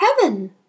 heaven